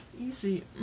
easy